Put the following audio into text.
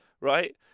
right